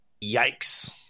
yikes